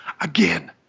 again